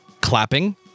clapping